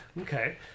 Okay